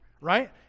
right